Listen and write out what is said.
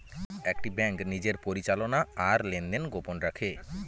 একটি ব্যাঙ্ক নিজের পরিচালনা আর লেনদেন গোপন রাখে